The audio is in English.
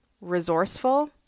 resourceful